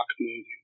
moving